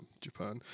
Japan